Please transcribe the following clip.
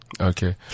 Okay